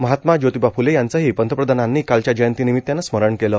महात्मा ज्योतिबा फ्ले यांचंही पंतप्रधानांनी कालच्या जयंतीनिमित्तानं स्मरण केलं